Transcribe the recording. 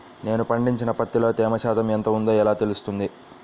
నేను పండించిన పత్తిలో తేమ శాతం ఎంత ఉందో ఎలా తెలుస్తుంది?